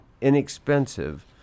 inexpensive